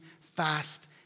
fast